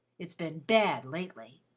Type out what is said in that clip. it's been bad lately.